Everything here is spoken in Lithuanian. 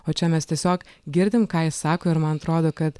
o čia mes tiesiog girdim ką jis sako ir man atrodo kad